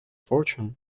fortune